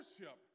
Worship